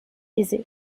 aisé